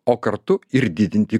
o kartu ir didinti